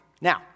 Now